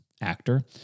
actor